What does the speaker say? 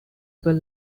were